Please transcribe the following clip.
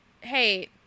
hey